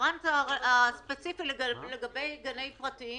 הרפרנט הספציפי לגבי גנים פרטיים